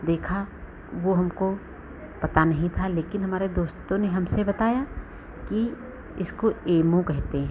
देखा वह हमको पता नहीं था लेकिन हमारे दोस्तों ने हमसे बताया कि इसको एमो कहते हैं